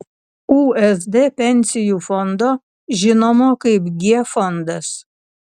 usd pensijų fondo žinomo kaip g fondas